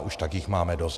Už tak jich máme dost.